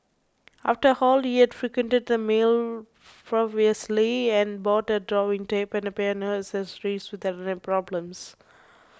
after all he had frequented the mall previously and bought a drawing tab and piano accessories without any problems